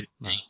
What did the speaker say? no